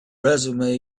resume